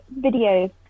videos